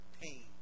Pain